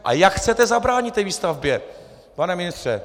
A jak chcete zabránit té výstavbě, pane ministře?